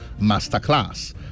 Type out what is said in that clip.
Masterclass